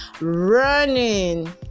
running